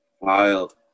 Wild